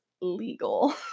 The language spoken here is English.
legal